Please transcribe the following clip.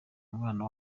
umwana